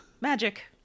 magic